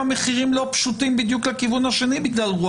מחירים לא פשוטים בדיוק לכיוון השני.